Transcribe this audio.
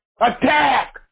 Attack